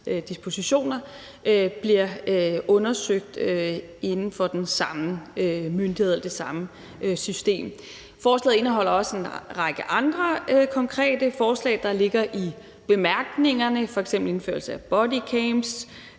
dispositioner bliver undersøgt inden for den samme myndighed og det samme system. Forslaget indeholder også en række andre konkrete forslag, der ligger i bemærkningerne, f.eks. indførelse af bodycams,